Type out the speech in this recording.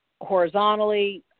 horizontally